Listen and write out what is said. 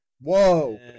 Whoa